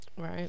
right